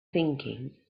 thinking